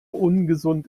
ungesund